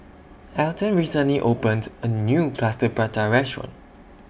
Alton recently opened A New Plaster Prata Restaurant